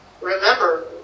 Remember